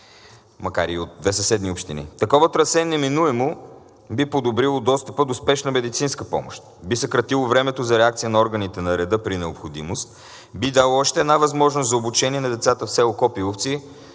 макар и от две съседни общини. Такова трасе неминуемо би подобрило достъпа до спешна медицинска помощ, би съкратило времето за реакция на органите на реда при необходимост, би дало още една възможност за обучение на децата от село Копиловци.